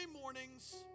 mornings